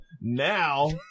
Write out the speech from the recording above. Now